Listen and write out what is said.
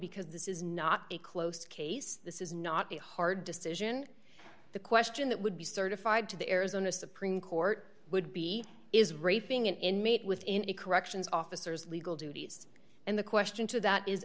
because this is not a close case this is not a hard decision the question that would be certified to the arizona supreme court would be is raping an inmate within the corrections officers legal duties and the question to that is